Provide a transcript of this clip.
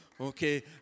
Okay